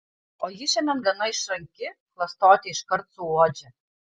o ji šiandien gana išranki klastotę iškart suuodžia